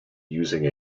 using